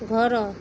ଘର